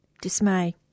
dismay